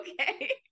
okay